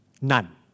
none